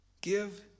give